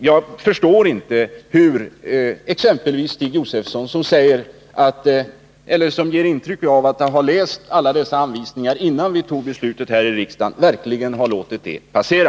Jag förstår inte hur exempelvis Stig Josefson, som ger intryck av att ha läst alla dessa anvisningar innan vi fattade beslut här i riksdagen, har låtit det passera.